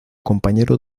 compañero